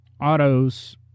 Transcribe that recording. autos